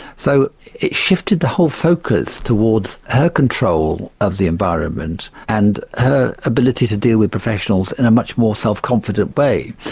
so it shifted the whole focus towards her control of the environment and her ability to deal with professionals in a much more self-confident way.